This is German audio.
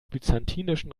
byzantinischen